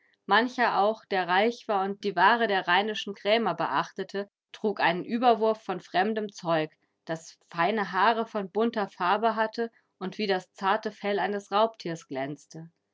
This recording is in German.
mancher auch der reich war und die ware der rheinischen krämer beachtete trug einen überwurf von fremdem zeug das feine haare von bunter farbe hatte und wie das zarte fell eines raubtiers glänzte